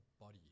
body